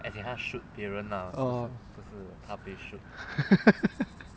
oh